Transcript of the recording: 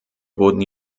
wurden